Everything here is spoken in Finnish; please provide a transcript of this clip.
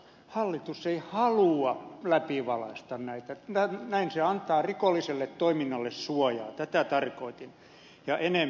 hallitus ei halua läpivalaista näitä näin se antaa rikolliselle toiminnalle suojaa tätä tarkoitin